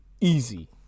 easy